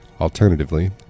Alternatively